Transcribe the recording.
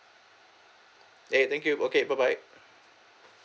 eh thank you okay bye bye